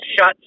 shut